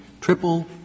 triple